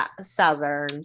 Southern